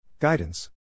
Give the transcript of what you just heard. Guidance